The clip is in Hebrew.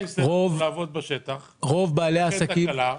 יש תקלה,